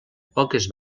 poques